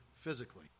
physically